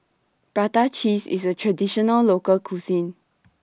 Prata Cheese IS A Traditional Local Cuisine